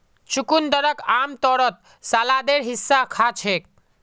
चुकंदरक आमतौरत सलादेर हिस्सा खा छेक